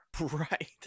right